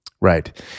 Right